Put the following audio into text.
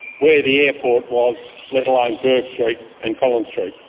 where the airport was, let alone bourke street and collins street.